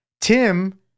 Tim